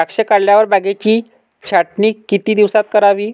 द्राक्षे काढल्यावर बागेची छाटणी किती दिवसात करावी?